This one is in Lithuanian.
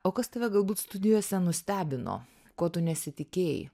o kas tave galbūt studijose nustebino ko tu nesitikėjai